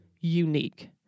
unique